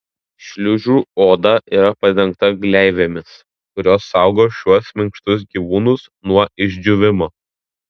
šliužų oda yra padengta gleivėmis kurios saugo šiuos minkštus gyvūnus nuo išdžiūvimo